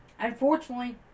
Unfortunately